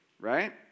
Right